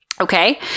Okay